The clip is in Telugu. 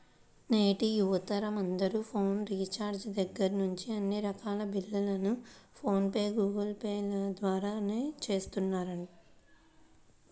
నేటి యువతరం అందరూ ఫోన్ రీఛార్జి దగ్గర్నుంచి అన్ని రకాల బిల్లుల్ని ఫోన్ పే, గూగుల్ పే ల ద్వారానే చేస్తున్నారు